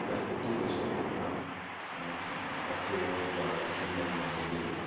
প্রায় প্রতি বছর অক্টোবর বা ডিসেম্বর মাসের দিকে